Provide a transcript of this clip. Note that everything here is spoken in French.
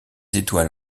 étoiles